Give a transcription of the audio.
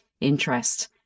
interest